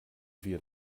wir